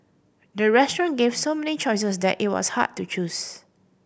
the restaurant gave so many choices that it was hard to choose